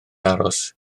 aros